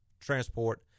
transport